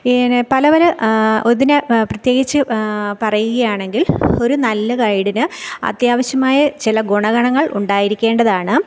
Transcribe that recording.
ഇതിനെ പല പല അതിനെ പ്രത്യേകിച്ച് പറയുകയാണെങ്കിൽ ഒരു നല്ല ഗൈഡിന് അത്യാവശ്യമായ ചില ഗുണ ഗണങ്ങൾ ഉണ്ടായിരിക്കേണ്ടതാണ്